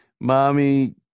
mommy